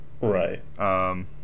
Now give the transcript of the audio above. Right